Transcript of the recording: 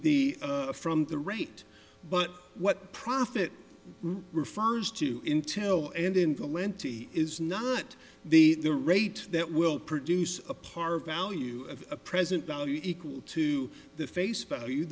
the from the rate but what profit refers to intel and in the n t is not the the rate that will produce a par value of a present value equal to the face value